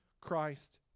Christ